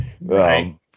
right